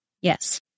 Yes